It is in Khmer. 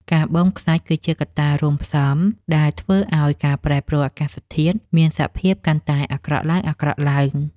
ការបូមខ្សាច់គឺជាកត្តារួមផ្សំដែលធ្វើឱ្យការប្រែប្រួលអាកាសធាតុមានសភាពកាន់តែអាក្រក់ឡើងៗ។